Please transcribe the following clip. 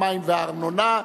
המים והארנונה,